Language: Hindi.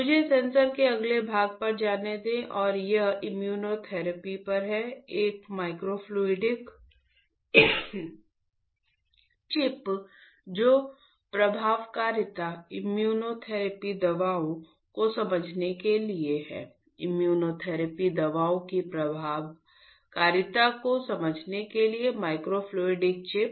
मुझे सेंसर के अगले भाग पर जाने दें और यह इम्यूनोथेरेपी पर है एक माइक्रोफ्लूडिक चिप जो प्रभावकारिता इम्यूनोथेरेपी दवाओं को समझने के लिए है इम्यूनोथेरेपी दवाओं की प्रभावकारिता को समझने के लिए माइक्रोफ्लूडिक चिप